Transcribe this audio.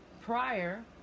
prior